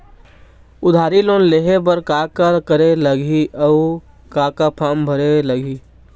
उधारी लोन लेहे बर का का करे लगही अऊ का का फार्म भरे लगही?